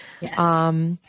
Yes